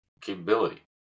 capability